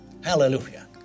Hallelujah